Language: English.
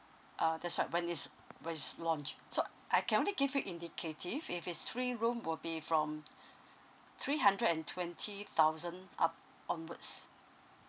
ah that's right when it's when it's launched so I can only give you indicative if it's three room will be from three hundred and twenty thousand up onwards